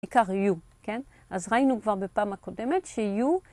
בעיקר יהיו, כן? אז ראינו כבר בפעם הקודמת שיהיו.